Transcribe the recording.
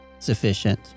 sufficient